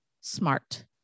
SMART